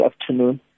afternoon